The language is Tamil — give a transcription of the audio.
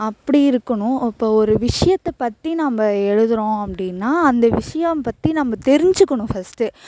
அப்படி இருக்கணும் இப்போ ஒரு விஷயத்தை பற்றி நாம் எழுதுகிறோம் அப்படின்னா அந்த விஷயம் பற்றி நம்ம தெரிஞ்சுக்கணும் ஃபஸ்ட்டு